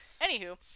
anywho